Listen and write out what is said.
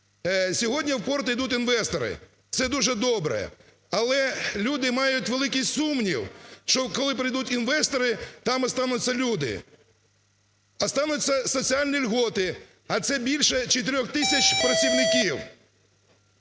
Сьогодні в порт йдуть інвестори – це дуже добре, але люди мають великий сумнів, що коли прийдуть інвестори, там остануться люди. Остануться соціальні льготи, а це більше 4 тисяч працівників.